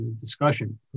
discussion